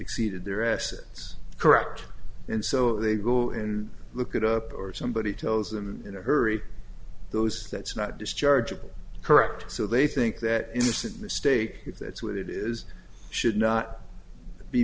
exceeded their assets correct and so they go and look it up or somebody tells them in a hurry those that's not dischargeable correct so they think that innocent mistake if that's what it is should not be